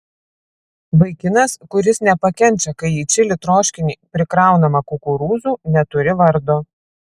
vaikinas kuris nepakenčia kai į čili troškinį prikraunama kukurūzų neturi vardo